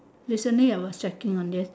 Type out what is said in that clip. recently I was checking on this